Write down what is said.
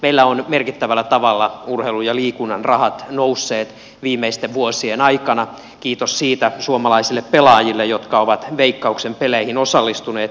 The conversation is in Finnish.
meillä ovat merkittävällä tavalla urheilun ja liikunnan rahat nousseet viimeisten vuosien aikana kiitos siitä suomalaisille pelaajille jotka ovat veikkauksen peleihin osallistuneet